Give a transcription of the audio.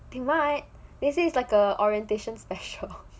they might they say it's like a orientation special